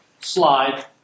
slide